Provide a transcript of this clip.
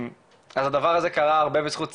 אז הדבר הזה קרה הרבה בזכות צעירים,